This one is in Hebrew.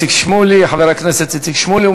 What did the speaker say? חבר הכנסת איציק שמולי,